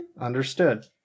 Understood